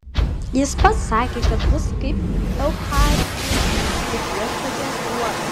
jis pats sakė kad bus kaip eucharistija kaip viešpaties duona